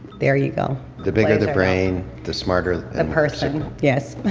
there you go. the bigger the brain, the smarter, the person. yes.